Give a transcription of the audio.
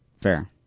Fair